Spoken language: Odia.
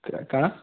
କାଣା